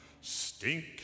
Stink